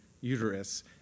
uterus